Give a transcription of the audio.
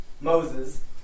Moses